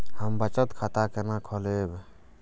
हम बचत खाता केना खोलैब?